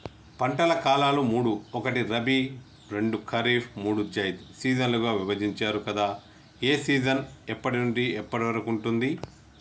పంటల కాలాలు మూడు ఒకటి రబీ రెండు ఖరీఫ్ మూడు జైద్ సీజన్లుగా విభజించారు కదా ఏ సీజన్ ఎప్పటి నుండి ఎప్పటి వరకు ఉంటుంది?